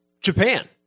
Japan